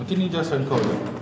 nanti ni just send kau sia